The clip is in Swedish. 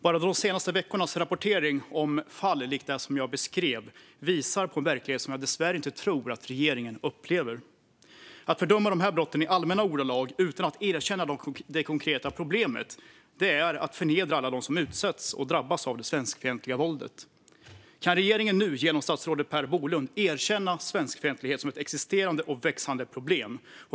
Bara de senaste veckornas rapportering om fall likt det som jag beskrev visar på en verklighet som jag dessvärre inte tror att regeringen upplever. Att fördöma de här brotten i allmänna ordalag utan att erkänna det konkreta problemet är att förnedra alla dem som utsätts och drabbas av det svenskfientliga våldet. Kan regeringen nu genom statsrådet Per Bolund erkänna svenskfientlighet som ett existerande och växande problem?